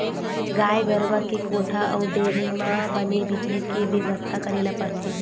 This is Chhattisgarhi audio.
गाय गरूवा के कोठा अउ डेयरी म बने बिजली के बेवस्था करे ल परथे